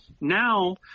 now